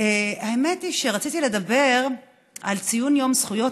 האמת היא שרציתי לדבר על ציון יום זכויות